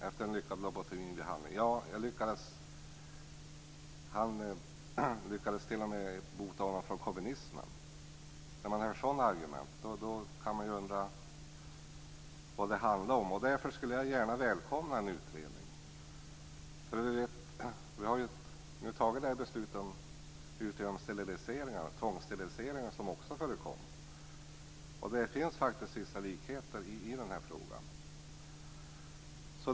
Efter en lyckad lobotomibehandling kunde det t.ex. heta: Han lyckades t.o.m. bota honom från kommunismen! När man hör sådana argument kan man undra vad det handlade om. Därför skulle jag gärna välkomna en utredning. Vi har ju fattat beslut om att utreda de tvångssteriliseringar som också förekom, och det finns faktiskt vissa likheter med den här frågan.